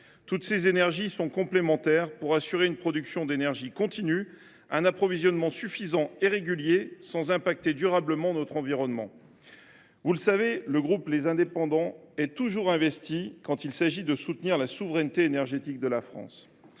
Toutes ces énergies sont complémentaires pour assurer une production d’énergie continue ainsi qu’un approvisionnement suffisant et régulier, sans affecter durablement notre environnement. Le groupe Les Indépendants – République et Territoires est toujours investi quand il s’agit de soutenir la souveraineté énergétique de la France.